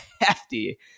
hefty